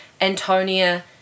Antonia